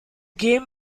game